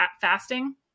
fasting